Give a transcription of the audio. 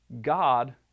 God